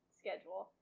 schedule